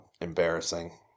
embarrassing